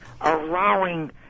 allowing